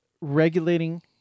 regulating